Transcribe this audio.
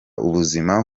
ubuzima